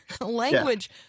language